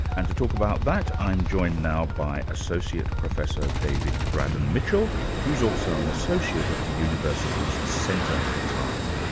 and to talk about that, i'm joined now by associate professor david braddon-mitchell who's also an associate of the university's centre for time.